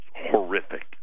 horrific